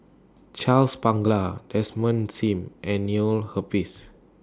Charles Paglar Desmond SIM and Neil Humphreys